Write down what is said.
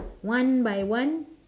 one by one